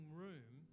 room